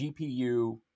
GPU